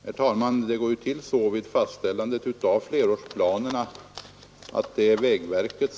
Herr talman! Normalt fastställs flerårsplanerna av vägverket.